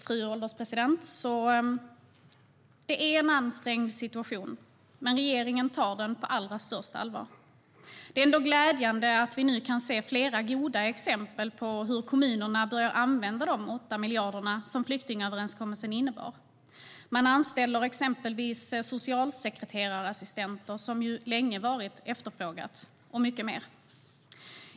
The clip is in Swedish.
Fru ålderspresident! Sammanfattningsvis: Det är en ansträngd situation, men regeringen tar den på allra största allvar. Det är glädjande att vi nu kan se flera goda exempel på hur kommunerna nu börjar använda de 8 miljarder som flyktingöverenskommelsen innebar. Man anställer exempelvis socialsekreterarassistenter, något som länge varit efterfrågat, och mycket mer.